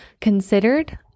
considered